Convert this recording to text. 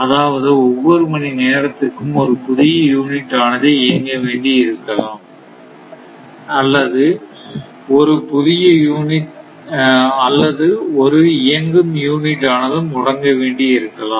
அதாவது ஒவ்வொரு மணி நேரத்திற்கும் ஒரு புதிய யூனிட் ஆனது இயங்க வேண்டி இருக்கலாம் அல்லது ஒரு இயங்கும் யூனிட் ஆனது முடங்க வேண்டியிருக்கலாம்